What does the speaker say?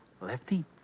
Lefty